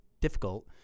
difficult